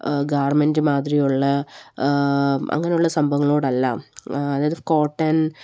garment മാതിരിയുള്ള അങ്ങനെയുള്ള സംഭവങ്ങളോടല്ല അതായത് കോട്ടൻ